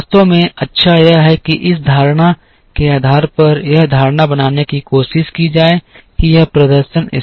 वास्तव में अच्छा यह है कि इस धारणा के आधार पर यह धारणा बनाने की कोशिश की जाए कि यह प्रदर्शन स्तर है